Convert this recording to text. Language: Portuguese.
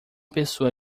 pessoa